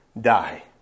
die